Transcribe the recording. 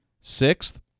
Sixth